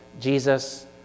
Jesus